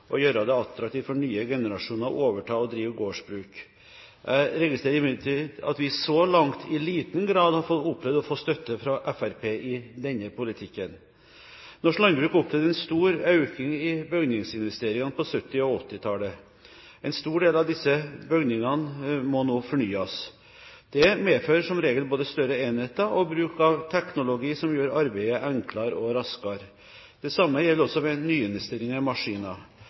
å gjøre det attraktivt for nye generasjoner å overta og drive gårdsbruk. Jeg registrerer imidlertid at vi så langt i liten grad har opplevd å få støtte fra Fremskrittspartiet i denne politikken. Norsk landbruk opplevde en stor økning i bygningsinvesteringene på 1970- og 1980-tallet. En stor del av disse bygningene må nå fornyes. Det medfører som regel både større enheter og en bruk av teknologi som gjør arbeidet enklere og raskere. Det samme gjelder også ved nyinvesteringer i maskiner.